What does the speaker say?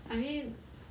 I mean